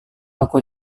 aku